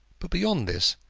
but, beyond this,